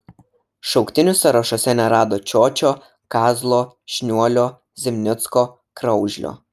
šauktinių sąrašuose nerado čiočio kazlo šniuolio zimnicko kraužlio